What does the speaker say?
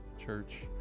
church